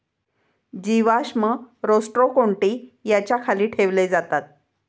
जीवाश्म रोस्ट्रोकोन्टि याच्या खाली ठेवले जातात